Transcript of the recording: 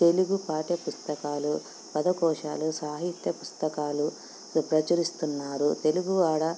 తెలుగు పాఠ్య పుస్తకాలు పదకోశాలు సాహిత్య పుస్తకాలు ప్రచురిస్తున్నారు తెలుగు అక్కడ